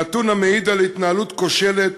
נתון המעיד על התנהלות כושלת,